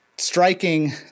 striking